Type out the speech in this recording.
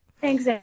Thanks